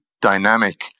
dynamic